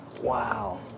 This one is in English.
Wow